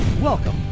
Welcome